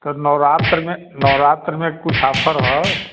तो नवरात्र में नवरात्रि में कुछ आफर है